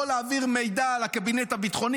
יכול להעביר מידע על הקבינט הביטחוני